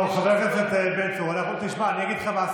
תהרגו אותם, תחנקו אותם, אין בעיה.